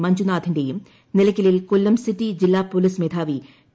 മഞ്ജുനാഥിന്റെയും നിലയ്ക്കലിൽ കൊല്ലം സിറ്റി ജില്ലാ പോലീസ് മേധാവി പി